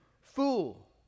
fool